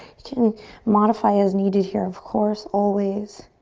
you can modify as needed here, of course, always.